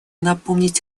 напомнить